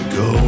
go